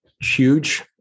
huge